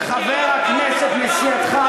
של חבר הכנסת מסיעתך,